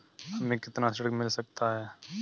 हमें कितना ऋण मिल सकता है?